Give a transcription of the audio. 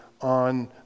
on